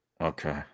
Okay